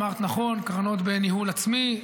אמרת נכון, קרנות בניהול עצמי.